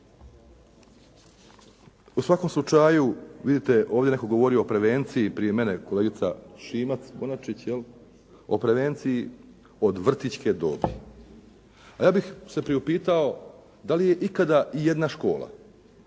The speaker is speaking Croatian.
U svakom slučaju, vidite, ovdje je netko govorio o prevenciji prije mene, kolegica Šimac-Bonačić, je li, o prevencije od vrtićke dobi. A ja bih se priupitao da li je ikada ijedna škola,